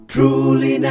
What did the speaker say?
Truly